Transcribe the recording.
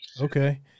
Okay